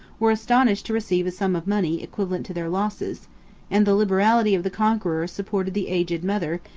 were astonished to receive a sum of money equivalent to their losses and the liberality of the conqueror supported the aged mother,